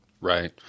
Right